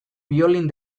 biolin